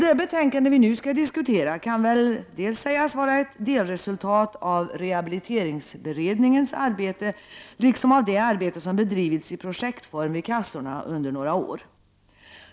Det betänkande som vi nu skall diskutera kan sägas vara ett delresultat dels av rehabiliteringsberedningens arbete, dels av det arbete som bedrivits i projektform vid kassorna under några år.